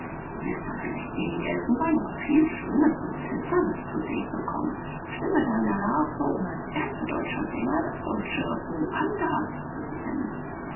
du wirst da vielleicht wenig elfenbein aber viel schönes und seltsames zu sehen bekommen stimme deine harfe um als erster deutscher sänger das deutsche ruanda zu besingen